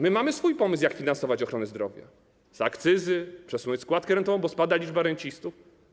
My mamy swój pomysł, jak finansować ochronę zdrowia: z akcyzy, przesunąć składkę rentową, bo spada liczba rencistów.